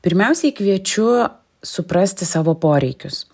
pirmiausiai kviečiu suprasti savo poreikius